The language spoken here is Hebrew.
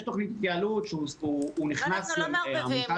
יש תוכנית התייעלות אנחנו לא מערבבים,